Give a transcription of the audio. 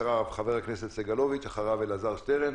אחריו חבר הכנסת סגלוביץ', אחריו אלעזר שטרן,